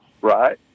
Right